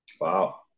Wow